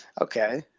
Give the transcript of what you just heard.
okay